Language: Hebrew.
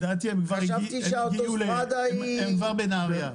הם כבר בנהריה.